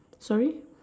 sorry